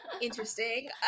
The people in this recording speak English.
interesting